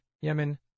Yemen